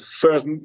first